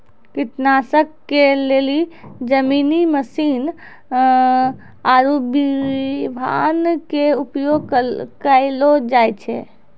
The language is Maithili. कीटनाशक के लेली जमीनी मशीन आरु विमान के उपयोग कयलो जाय छै